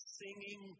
singing